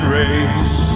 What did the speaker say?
race